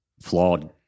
flawed